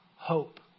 Hope